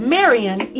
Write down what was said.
Marion